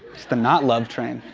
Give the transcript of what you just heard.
it's the not love train.